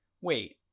wait